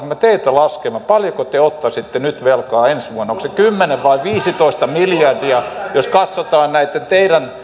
me teitä laskemaan paljonko te ottaisitte velkaa ensi vuonna onko se kymmenen vai viisitoista miljardia jos katsotaan näitä teidän